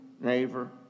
neighbor